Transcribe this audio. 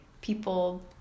people